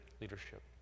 leadership